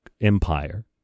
empire